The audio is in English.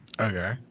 Okay